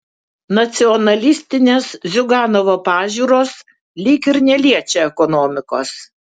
nacionalistinės ziuganovo pažiūros lyg ir neliečia ekonomikos